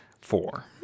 four